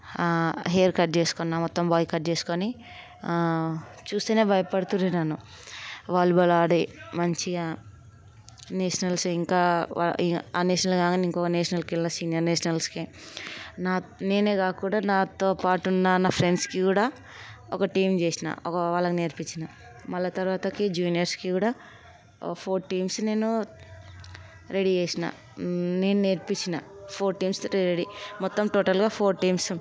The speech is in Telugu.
హెయిర్ కట్ చేసుకున్నాను మొత్తం బాయ్ కట్ చేసుకొని చూస్తేనే భయపతున్నారు నన్ను వాలీబాల్ ఆడి మంచిగా నేషనల్స్ ఇంకా ఆ నేషనల్స్కి కాకుండా ఇంకో నేషనల్కి వెళ్ళినా సింగల్ నేషనల్స్కి నా నేనే కాకుండా నాతో పాటు ఉన్న నా ఫ్రెండ్స్కి కూడా ఒక టీం చేసిన వాళ్ళకు నేర్పించిన మళ్ళీ తర్వాత జూనియర్స్కి కూడా ఒక ఫోర్ టీమ్స్ నేను రెడీ చేసిన నేను నేర్పించాను ఫోర్ టీమ్స్ రెడీ మొత్తం టోటల్గా ఫోర్ టీమ్స్